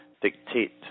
dictate